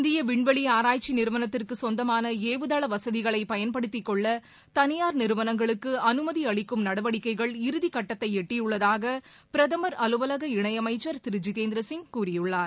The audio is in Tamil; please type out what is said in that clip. இந்திய விண்வெளி ஆராய்ச்சி நிறுவனத்திற்கு சொந்தமான ஏவுதள வசதிகளை பயன்படுத்திக்கொள்ள தனியார் நிறுவனங்களுக்கு அனுமதி அளிக்கும் நடவடிக்கைகள் இறுதிகட்டத்தை எட்டியுள்ளதாக பிரதமர் அலுவலக இணையமைச்சர் திரு ஜிதேந்திர சிங் கூறியுள்ளார்